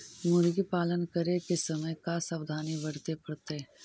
मुर्गी पालन करे के समय का सावधानी वर्तें पड़तई?